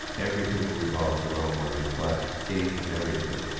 everything revolves around money, the classification, everything,